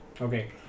Okay